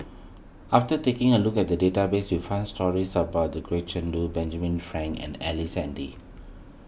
after taking a look at the database we found stories about the Gretchen Lu Benjamin Frank and Ellice Handy